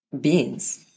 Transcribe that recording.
beans